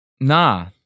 Nah